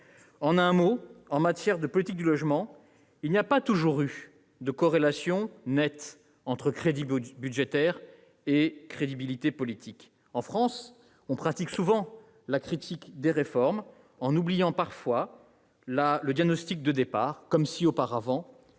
En un mot, en matière de politique du logement, il n'y a pas toujours eu de corrélation nette entre crédits budgétaires et crédibilité politique. En France, on pratique souvent la critique des réformes en oubliant parfois le diagnostic de départ, comme si auparavant